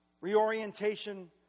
reorientation